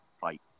fight